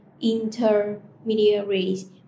Intermediaries